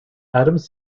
adams